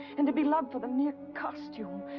and to be loved for the mere costume,